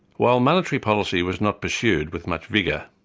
while monetary policy was not pursued with much vigour,